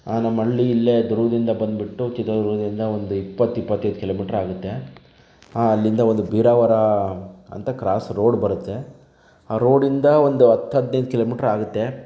ನಮ್ಮ ಹಳ್ಳಿ ಇಲ್ಲೇ ದುರ್ಗದಿಂದ ಬಂದುಬಿಟ್ಟು ಚಿತ್ರದುರ್ಗದಿಂದ ಒಂದು ಇಪ್ಪತ್ತು ಇಪ್ಪತ್ತೈದು ಕಿಲೋಮೀಟರ್ ಆಗತ್ತೆ ಅಲ್ಲಿಂದ ಒಂದು ಬೀರಾವರ ಅಂತ ಕ್ರಾಸ್ ರೋಡ್ ಬರುತ್ತೆ ಆ ರೋಡಿಂದ ಒಂದು ಹತ್ತು ಹದಿನೈದು ಕಿಲೋಮೀಟರ್ ಆಗುತ್ತೆ